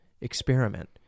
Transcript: experiment